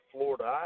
Florida